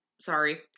Sorry